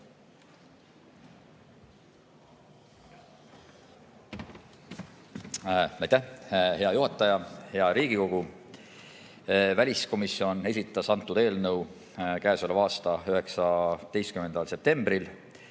hea juhataja! Hea Riigikogu! Väliskomisjon esitas antud eelnõu käesoleva aasta 19. septembril